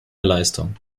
leistung